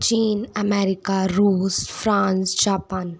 China America Russia France Japan